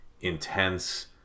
intense